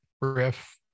riff